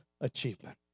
achievement